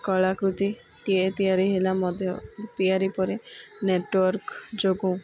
କଳାକୃତିଟିଏ ତିଆରି ହେଲା ମଧ୍ୟ ତିଆରି ପରେ ନେଟୱାର୍କ ଯୋଗୁଁ